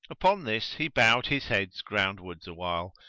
upon this, he bowed his head groundwards awhile,